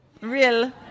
Real